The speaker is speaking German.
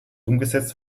umgesetzt